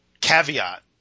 caveat